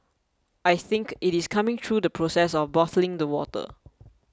I think it is coming through the process of bottling the water